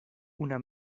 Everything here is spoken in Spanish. una